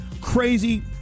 crazy